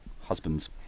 Husbands